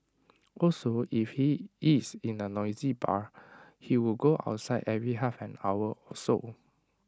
also if he is in A noisy bar he would go outside every half an hour or so